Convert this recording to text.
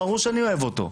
ברור שאני אוהב אותו,